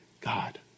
God